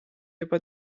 juba